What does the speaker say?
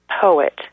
poet